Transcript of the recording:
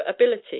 ability